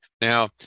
Now